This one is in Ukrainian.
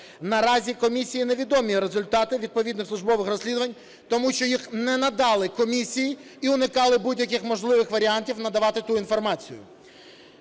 Наразі комісії не відомі результати відповідних службових розслідувань, тому що їх не надали комісії і уникали будь-яких можливих варіантів надавати ту інформацію.